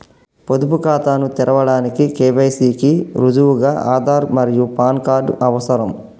పొదుపు ఖాతాను తెరవడానికి కే.వై.సి కి రుజువుగా ఆధార్ మరియు పాన్ కార్డ్ అవసరం